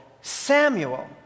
Samuel